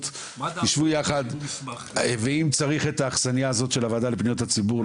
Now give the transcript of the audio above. תשבו ביחד ואם צריך את האכסנייה הזאת של הוועדה לפניות הציבור,